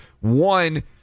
One